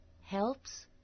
helps